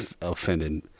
offended